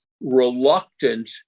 reluctant